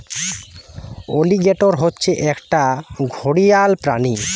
alligator হচ্ছে একটা ঘড়িয়াল প্রাণী